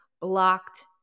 Blocked